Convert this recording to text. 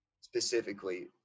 specifically